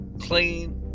clean